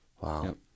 Wow